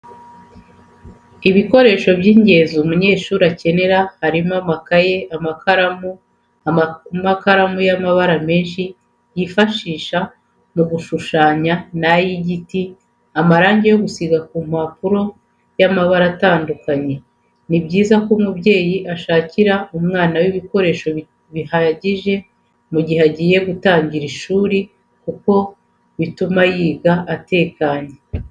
Ibikoresho by'ingenzi umunyeshuri akenera harimo amakaye n'amakaramu, amakaramu y'amabara menshi yifashisha mu gushushanya n'ay'igiti, amarangi yo gusiga ku mpapuro y'amabara atandukanye, ni byiza ko umubyeyi ashakira umwana we ibikoresho bihagije mu gihe agiye gutangira ishuri kuko bituma yiga neza atekanye.